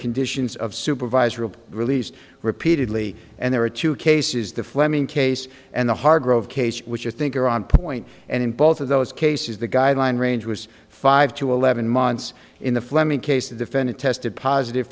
conditions of supervisor of release repeatedly and there are two cases the fleming case and the hargrove case which i think are on point and in both of those cases the guideline range was five to eleven months in the fleming case the defendant tested positive